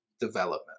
development